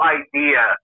idea